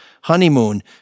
honeymoon